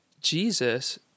Jesus